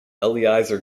eliezer